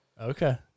Okay